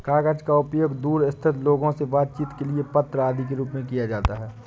कागज का उपयोग दूर स्थित लोगों से बातचीत के लिए पत्र आदि के रूप में किया जाता है